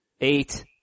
eight